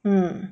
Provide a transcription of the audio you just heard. mm